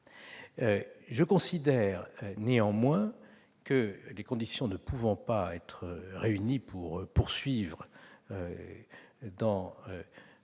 Je considère néanmoins que, les conditions ne pouvant pas être réunies pour poursuivre ce